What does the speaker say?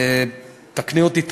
תקני אותי,